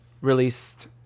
released